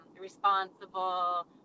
responsible